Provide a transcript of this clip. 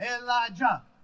Elijah